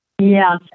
Yes